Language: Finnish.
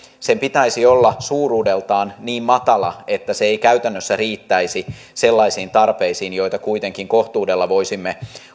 sen pitäisi olla suuruudeltaan niin matala että se ei käytännössä riittäisi sellaisiin tarpeisiin joita kuitenkin kohtuudella voisimme